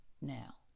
now